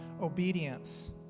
obedience